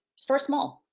start small.